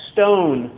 Stone